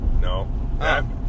No